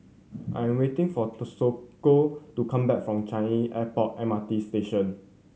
I'm waiting for Toshiko to come back from Changi Airport M R T Station